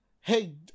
hey